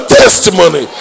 testimony